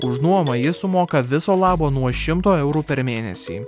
už nuomą ji sumoka viso labo nuo šimto eurų per mėnesį